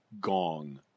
gong